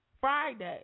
Friday